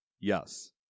Yes